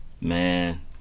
Man